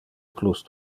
plus